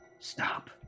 stop